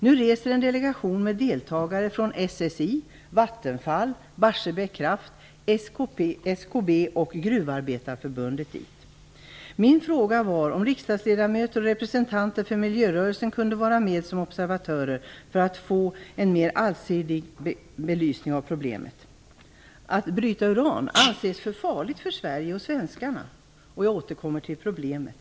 Nu reser en delegation med deltagare från SSI, Vattenfall, Barsebäck, Kraft, SKB och Gruvarbetareförbundet till Krasnokamensk. Min fråga är alltså om riksdagsledamöter och representanter för miljörörelsen kunde vara med som observatörer för att vi skall få en mera allsidig belysning av problemet. Att bryta uran anses för farligt för Sverige och svenskarna. Jag återkommer till det problemet.